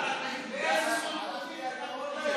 הלך לי הגרון היום.